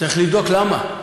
צריך לבדוק למה.